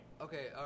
Okay